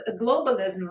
globalism